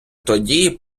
тоді